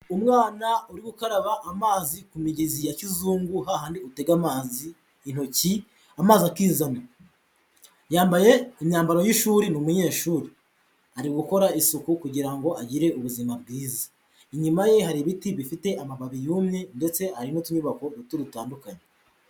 Umwana uri gukaraba amazi ku migezi ya kizungu hahandi utega amazi intoki, amazi akizana, yambaye imyambaro y'ishuri ni umunyeshuri, ari gukora isuku kugira ngo agire ubuzima bwiza, inyuma ye hari ibiti bifite amababi yumye ndetse hari n'utunyubako duto dutandukanye.